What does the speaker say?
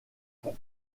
pour